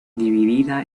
dividida